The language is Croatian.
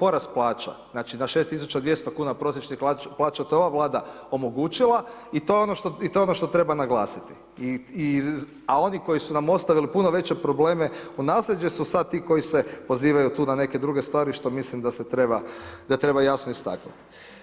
porast plaća, znači na 6200 kuna prosječnih plaća to je ova vlada omogućila i to je ono što treba naglasiti, a oni koji su nam ostavili puno veće probleme u nasljeđe su sad ti koji se pozivaju tu na neke druge stvari što mislim da treba jasno istaknuti.